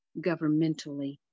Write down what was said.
governmentally